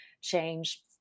change